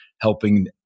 helping